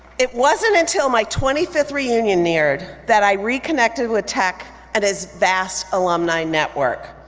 it wasn't until my twenty fifth reunion neared that i reconnected with tech and its vast alumni network.